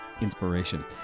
inspiration